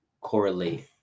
correlate